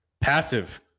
passive